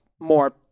more